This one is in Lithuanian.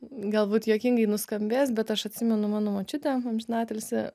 galbūt juokingai nuskambės bet aš atsimenu mano močiutę amžinatilsį